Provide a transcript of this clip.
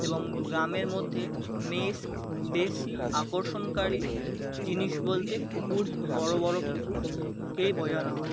এবং গ্রামের মধ্যে মেষ বেশি আকর্ষণকারী জিনিস বলতে পুকুর বড় বড় পুকুরকে বোঝানো হয়